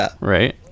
right